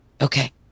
Okay